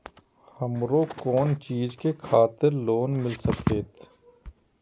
हमरो कोन चीज के खातिर लोन मिल संकेत?